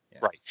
Right